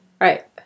Right